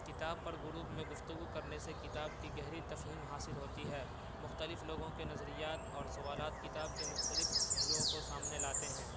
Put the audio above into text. کتاب پر گروپ میں گفتگو کرنے سے کتاب کی گہری تفہیم حاصل ہوتی ہے مختلف لوگوں کے نظریات اور سوالات کتاب کے مختلف پہلوؤں کو سامنے لاتے ہیں